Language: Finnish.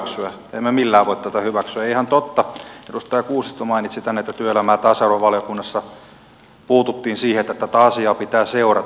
emme millään voi tätä hyväksyä ja on ihan totta edustaja kuusisto mainitsi tämän että työelämä ja tasa arvovaliokunnassa puututtiin siihen että tätä asiaa pitää seurata